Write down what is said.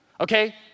okay